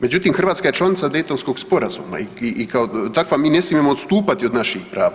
Međutim, Hrvatska je članica Daytonskog sporazuma i kao takva mi ne smijemo odstupati od naših prava.